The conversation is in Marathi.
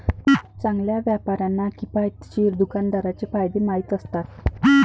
चांगल्या व्यापाऱ्यांना किफायतशीर दुकानाचे फायदे माहीत असतात